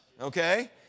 okay